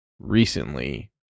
recently